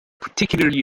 particularly